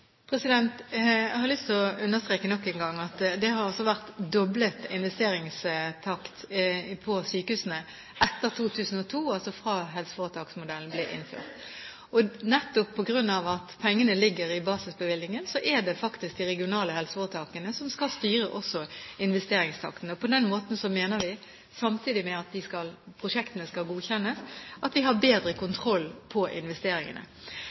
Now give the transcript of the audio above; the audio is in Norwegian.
steder? Jeg har nok en gang lyst til å understreke at det har vært doblet investeringstakt på sykehusene etter 2002, altså fra helseforetaksmodellen ble innført. Nettopp på grunn av at pengene ligger i basisbevilgningen er det faktisk de regionale helseforetakene som også skal styre investeringstakten. På den måten mener vi, samtidig med at prosjektene skal godkjennes, at de har bedre kontroll på investeringene.